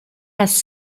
has